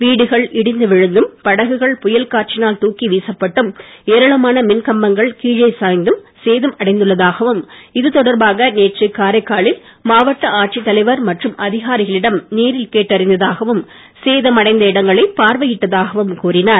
வீடுகள் இடிந்து விழுந்தும் படகுகள் புயல் காற்றினால் தூக்கி வீசப்பட்டும் ஏராளமான மின்கம்பங்கள் கீழ் சாய்ந்தும் சேதம் அடைந்துள்ளதாகவும் இது தொடர்பாக நேற்று காரைக்காலில் மாவட்ட ஆட்சிச் தலைவர் மற்றும் அதிகாரிகளிடம் நேரில் கேட்டறிந்தாகவும் சேதம் அடைந்த இடங்களை பார்வையிட்டதாகவும் கூறினார்